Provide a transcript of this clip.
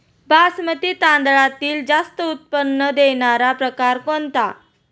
बासमती तांदळातील जास्त उत्पन्न देणारा प्रकार कोणता?